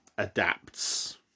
adapts